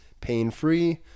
pain-free